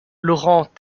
laurent